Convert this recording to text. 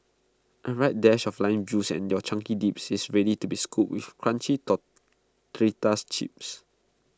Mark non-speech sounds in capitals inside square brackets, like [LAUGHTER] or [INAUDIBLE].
A right dash of lime juice and your chunky dip is ready to be scooped with crunchy [UNINTELLIGIBLE] chips